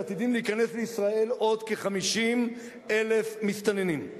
עתידים להיכנס לישראל עוד כ-50,000 מסתננים,